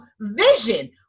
vision